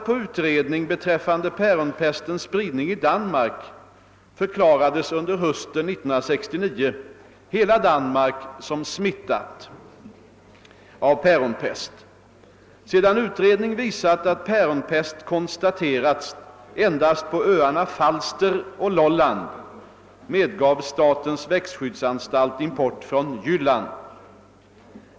päronpestens spridning i Danmark förklarades under hösten 1969 hela Danmark som smittat av päronpest. Sedan utredning visat att päronpest konstaterats endast på öarna Falster och Lolland medgav statens växtskyddsanstalt import från Jylland.